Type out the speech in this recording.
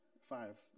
Five